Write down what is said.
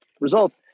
results